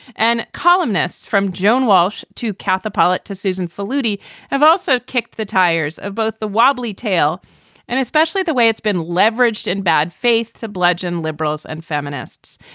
and columnists from joan walsh to katha pollitt to susan faludi have also kicked the tires of both the wobbly tale and especially the way it's been leveraged in bad faith to bludgeon liberals and feminists.